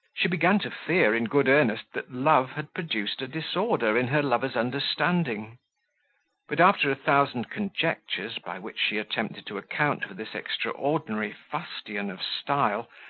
she began to fear in good earnest that love had produced a disorder in her lover's understanding but after a thousand conjectures by which she attempted to account for this extraordinary fustian of style,